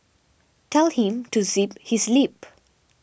tell him to zip his lip